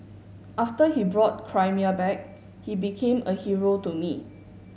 after he brought Crimea back he became a hero to me